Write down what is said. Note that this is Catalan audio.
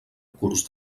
curs